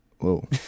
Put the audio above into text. Whoa